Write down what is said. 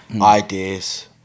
ideas